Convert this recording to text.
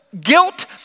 guilt